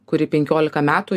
kuri penkiolika metų